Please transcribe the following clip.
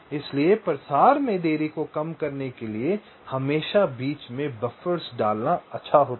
इसलिए प्रसार में देरी को कम करने के लिए हमेशा बीच में बफ़र्स डालना अच्छा होता है